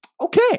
Okay